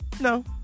No